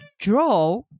draw